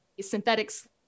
synthetics